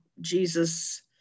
Jesus